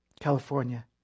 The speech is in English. California